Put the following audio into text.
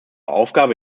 aufgabe